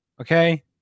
Okay